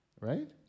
right